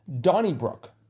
Donnybrook